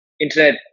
internet